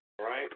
right